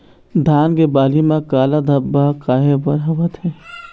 धान के बाली म काला धब्बा काहे बर होवथे?